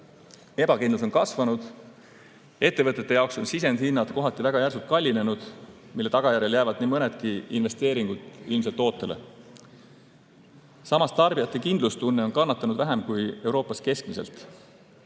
Ebakindlus on kasvanud. Ettevõtete jaoks on sisendihinnad kohati väga järsult kallinenud, mille tagajärjel jäävad nii mõnedki investeeringud ilmselt ootele. Samas tarbijate kindlustunne on kannatanud vähem kui Euroopas keskmiselt.